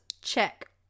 check